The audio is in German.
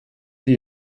die